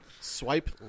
Swipe